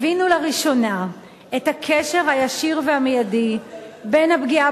הבינו לראשונה את הקשר הישיר והמיידי בין הפגיעה